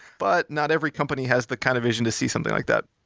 but not every company has the kind of vision to see something like that.